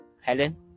Helen